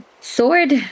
sword